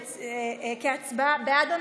בעד.